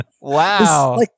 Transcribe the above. Wow